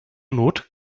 not